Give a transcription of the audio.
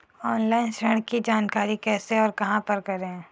Online ऋण की जानकारी कैसे और कहां पर करें?